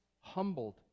humbled